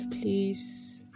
please